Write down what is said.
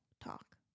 Talk